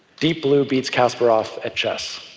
deep blue beats kasparov at chess.